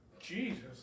Jesus